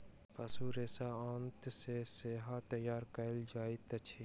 पशु रेशा आंत सॅ सेहो तैयार कयल जाइत अछि